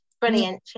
brilliant